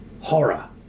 Horror